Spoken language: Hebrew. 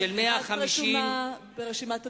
את רשומה ברשימת הדוברים,